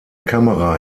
kamera